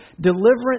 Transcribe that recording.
deliverance